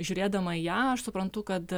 žiūrėdama į aš suprantu kad